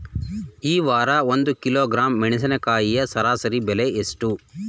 ಈ ವಾರ ಒಂದು ಕಿಲೋಗ್ರಾಂ ಮೆಣಸಿನಕಾಯಿಯ ಸರಾಸರಿ ಬೆಲೆ ಎಷ್ಟು?